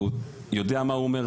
והוא יודע מה הוא אומר.